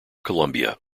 colombia